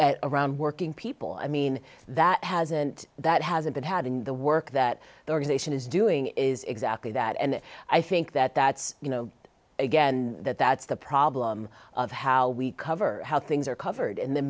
and around working people i mean that hasn't that hasn't had in the work that the organization is doing is exactly that and i think that that's you know again that that's the problem of how we cover how things are covered in the